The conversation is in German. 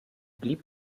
blieb